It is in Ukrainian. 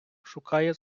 шукає